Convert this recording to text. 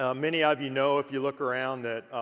ah many ah of you know if you look around that